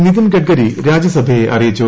നിതിൻ ഗഡ്ക്കരി രാജ്യസഭയെ അറിയിച്ചു